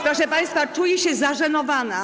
Proszę państwa, czuję się zażenowana.